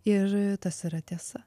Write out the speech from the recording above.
ir tas yra tiesa